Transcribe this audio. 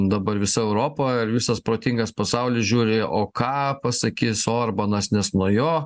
dabar visa europa ir visas protingas pasaulis žiūri o ką pasakys orbanas nes nuo jo